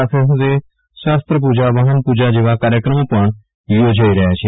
સાથે સાથે શસ્ત્રપુજાવાહનપુજા જેવા કાર્યક્રમો પણ યોજાઈ રહ્યા હતા